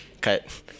cut